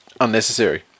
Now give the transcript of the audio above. unnecessary